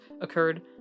occurred